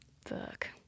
fuck